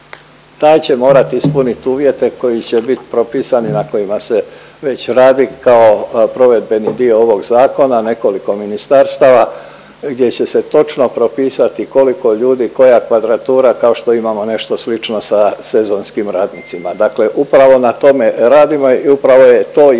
taj će morat ispunit uvjete koji će bit propisani na kojima se već radi kao provedbeni dio ovog zakona nekoliko ministarstava gdje će se točno propisati koliko ljudi, koja kvadratura kao što imamo nešto slično sa sezonskim radnicima. Dakle, upravo na tome radimo i upravo je to jedna od